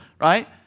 right